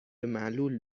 معلول